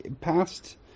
past